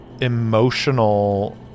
emotional